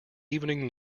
evening